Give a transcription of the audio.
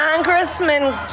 Congressman